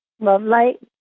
love-light